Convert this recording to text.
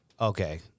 okay